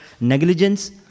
negligence